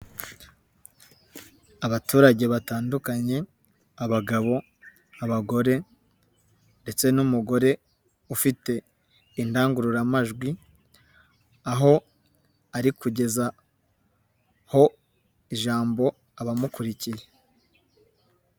Abaturage batandukanye, abagabo, abagore, ndetse n'umugore ufite indangururamajwi, aho ari kugezaho, ijambo abamukurikiye.